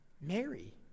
Mary